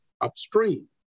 upstream